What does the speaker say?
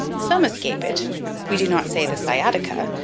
some escape it we do not say, the sciatica,